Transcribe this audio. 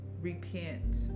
repent